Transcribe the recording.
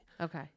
Okay